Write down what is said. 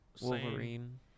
Wolverine